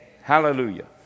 Hallelujah